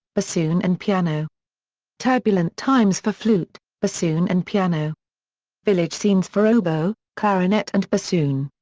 bassoon and piano turbulent times for flute, bassoon and piano village scenes for oboe, clarinet and bassoon.